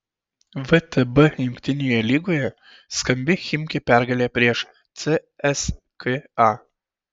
vtb jungtinėje lygoje skambi chimki pergalė prieš cska